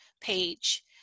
page